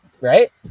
right